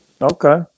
Okay